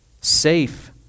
Safe